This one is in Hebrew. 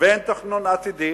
ואין תכנון עתידי,